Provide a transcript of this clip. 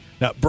Now